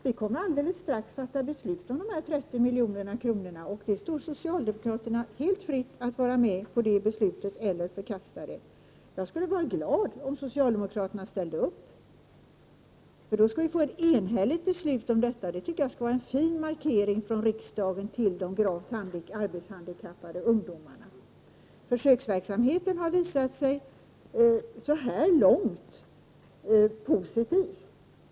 Vi kommer alldeles strax att fatta beslut om dessa 30 miljoner, och det står socialdemokraterna helt fritt att vara med om det beslutet eller förkasta det. Jag skulle vara glad om socialdemokraterna ställde upp, för då kunde vi få ett enhälligt beslut på denna punkt. Det tycker jag skulle vara en fin markering från riksdagen till de gravt arbetshandikappade ungdomarna. Försökverksamheten har så här långt visat sig vara positiv.